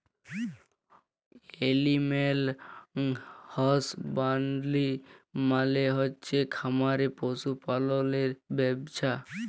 animal husbandry মালে হচ্ছে খামারে পশু পাললের ব্যবছা